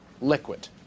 liquid